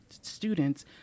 students –